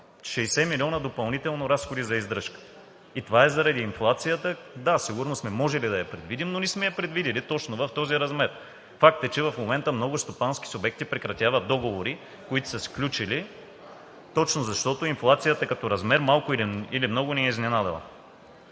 60 милиона допълнителни разходи за издръжка и това е заради инфлацията. Да, сигурно сме можели да я предвидим, но не сме я предвиди точно в този размер. Факт е, че много стопански субекти прекратяват договори, които са сключили, точно защото инфлацията като размер малко или много ни е изненадала.